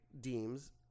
deems